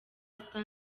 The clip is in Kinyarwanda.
sita